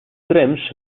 trams